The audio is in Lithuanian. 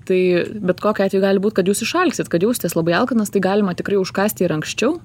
tai bet kokiu atveju gali būt kad jūs išalksit kad jausitės labai alkanas tai galima tikrai užkąsti ir anksčiau